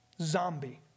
zombie